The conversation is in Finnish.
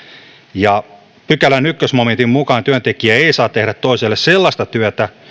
ja pykälän ensimmäisen momentin mukaan työntekijä ei saa tehdä toiselle sellaista työtä